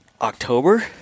October